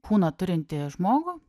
kūną turintį žmogų